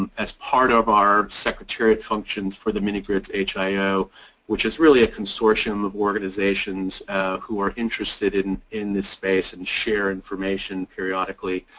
and as part of our secretariat functions for the mini-grids hio which is really a consortium of organizations who are interested in in this space and share information periodically